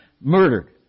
murdered